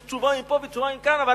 אולי יש תשובה מפה ותשובה מכאן, אבל